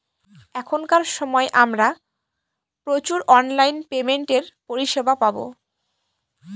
এখনকার সময় আমরা প্রচুর অনলাইন পেমেন্টের পরিষেবা পাবো